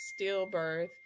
stillbirth